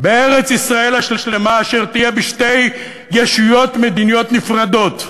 בארץ-ישראל השלמה אשר תהיה בשתי ישויות מדיניות נפרדות.